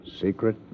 secret